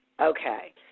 Okay